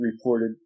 reported